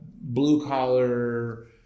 blue-collar